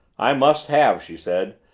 i must have, she said.